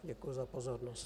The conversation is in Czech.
Děkuji za pozornost.